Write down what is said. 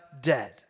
dead